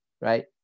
right